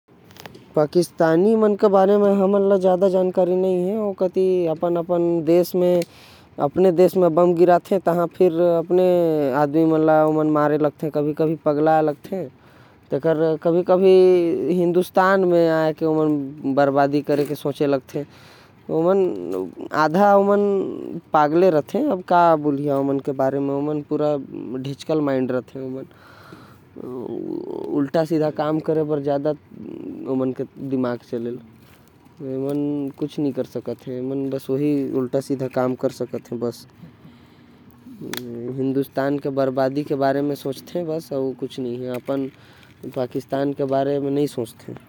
पाकिस्तानी मन के बारे म मोके कुछ पता नही हवे। ओमन थोड़ा सा पागल होथे पता नही का का करत रहथे। कभी कभी अपने देश म ही बम गिरा देथे। आदमी मन ल मारे लागथे। कभी कभी हिंदुस्तान आके बर्बादी करे लागथे।